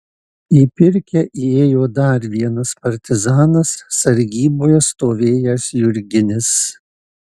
į pirkią įėjo dar vienas partizanas sargyboje stovėjęs jurginis